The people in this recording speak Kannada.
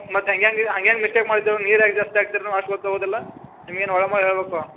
ಮತ್ತು ಹೆಂಗೆಂಗೆ ಹಂಗೆಂಗೆ ಮಿಸ್ಟೇಕ್ ಮಾಡಿದ್ವು ನೀರು ಯಾಕೆ ಜಾಸ್ತಿ ಹಾಕ್ತಿರ ನೀವು ಅಷ್ಟು ಗೊತ್ತಾಗುದಿಲ್ಲ ನಿಮ್ಗೆನು ಒಳ ಮೊಳ ಹೇಳ್ಬಕು